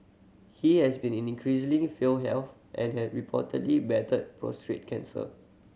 he has been in increasingly frail health and has reportedly battled prostate cancer